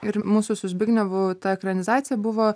ir mūsų su zbignevu ta ekranizacija buvo